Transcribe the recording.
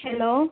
hello